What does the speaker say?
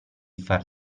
far